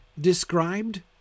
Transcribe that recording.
described